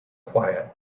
quiet